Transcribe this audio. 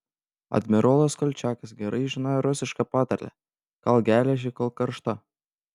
admirolas kolčiakas gerai žinojo rusišką patarlę kalk geležį kol karšta